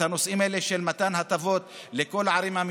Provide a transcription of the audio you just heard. הנושאים האלה של מתן הטבות לכל הערים.